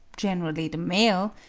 generally the male,